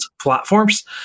platforms